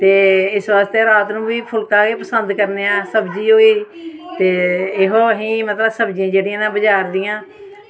इस बास्तै रात नूं बी फुल्का ई पसंद करने आं सब्जी होई ऐहे मतलब असें ई सब्जियां न बजार दियां